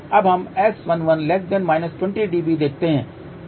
अब हम S11 20 dB देखते हैं